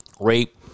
rape